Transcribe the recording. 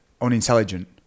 unintelligent